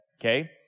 Okay